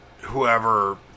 whoever